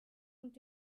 und